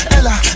Ella